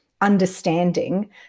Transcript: understanding